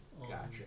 Gotcha